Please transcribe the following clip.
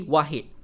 Wahid